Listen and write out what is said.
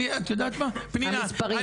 פנינה,